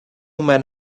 men